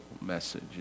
message